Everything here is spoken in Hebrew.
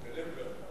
בלמברג.